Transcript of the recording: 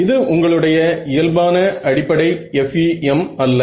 இது உங்களுடைய இயல்பான அடிப்படை FEM அல்ல